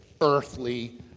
earthly